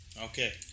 okay